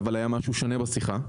אבל היה משהו שונה בשיחה.